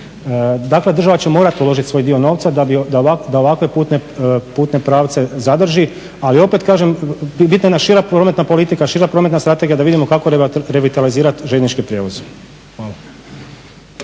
Dakle, država će morati uložiti svoj dio novca da ovakve putne pravce zadrži. Ali opet kažem, bitna je jedna šira prometna politika, šira prometna strategija da vidimo kako revitalizirati željeznički prijevoz.